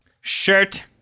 Shirt